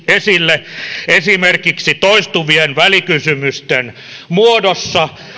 esille esimerkiksi toistuvien välikysymysten muodossa